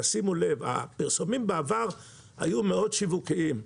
הפרסומים בעבר היו מאוד שיווקיים,